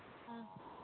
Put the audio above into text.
ꯎꯝ